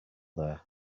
there